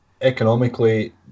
economically